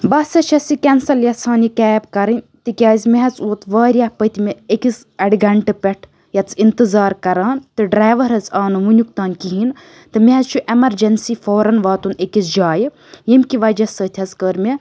بہٕ ہَسا چھَس یہِ کیٚنسَل یَژھان یہِ کیب کَرٕنۍ تِکیازِ مےٚ حظ ووت واریاہ پٔتمہِ أکِس اَڑِ گھَنٹہٕ پٮ۪ٹھ ییٚتس انتظار کَران تہٕ ڈرٛایوَر حظ آو نہٕ وُنیُک تانۍ کہیٖنۍ تہٕ مےٚ حظ چھُ ایٚمَرجَنسی فورَن واتُن أکِس جایہِ ییٚمہِ کہِ وَجہ سۭتۍ حظ کٔر مےٚ